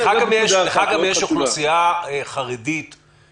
לך גם יש אוכלוסייה חרדית יחסית גדולה למדי.